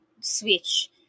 switch